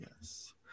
yes